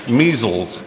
measles